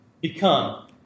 become